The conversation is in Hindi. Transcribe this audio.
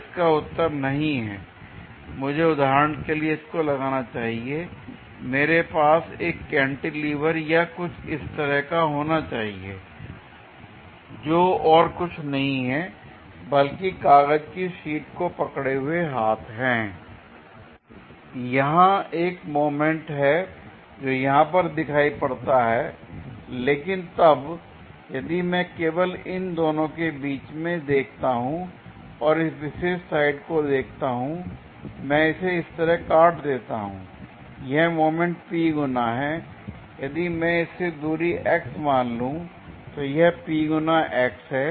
इसका उत्तर नहीं है l मुझे उदाहरण के लिए इसको लगाना चाहिए मेरे पास एक कैंटीलीवर या कुछ इस तरह का होना चाहिए जो और कुछ नहीं है बल्कि कागज की शीट को पकड़े हुए हाथ है l यहां एक मोमेंट है जो यहां पर दिखाई पड़ता है l लेकिन तब यदि मैं केवल इन दोनों के बीच में देखता हूं और इस विशेष साइड को देखता हूं मैं इसे इस तरह काट देता हूं यह मोमेंट P गुना है यदि मैं इससे दूरी x मान लूँ तो यह P गुना x है